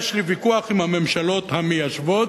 יש לי ויכוח עם הממשלות המיישבות.